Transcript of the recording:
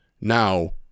Now